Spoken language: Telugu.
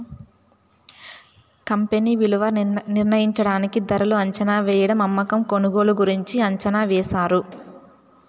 కంపెనీ విలువ నిర్ణయించడానికి ధరలు అంచనావేయడం అమ్మకం కొనుగోలు గురించి అంచనా వేశారు